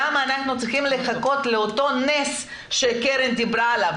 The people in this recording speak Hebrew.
למה אנחנו צריכים לחכות לאותו נס שקרן דיברה עליו?